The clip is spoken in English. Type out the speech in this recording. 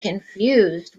confused